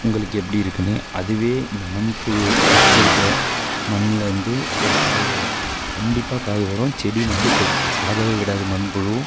உங்களுக்கு எப்படி இருக்கும்னு அதுவே இந்த மண்புழு வச்சிருக்கிற மண்ணுலருந்து ஒரு காய் வரும் கண்டிப்பாக காய் வரும் செடி மட்டும் சாகவே விடாது மண்புழு